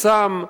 בסאם.